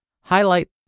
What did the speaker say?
highlight